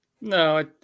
No